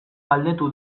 galdetu